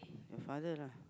your father lah